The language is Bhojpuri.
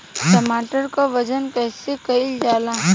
टमाटर क वजन कईसे कईल जाला?